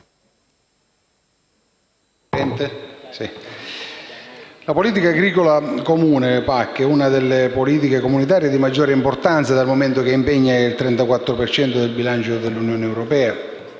la politica agricola comune (PAC) è una delle politiche comunitarie di maggiore importanza, dal momento che impegna circa il 34 per cento del bilancio dell'Unione europea